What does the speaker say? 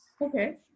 Okay